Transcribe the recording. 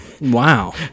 Wow